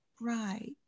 right